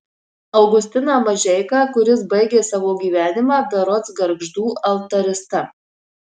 augustiną mažeiką kuris baigė savo gyvenimą berods gargždų altarista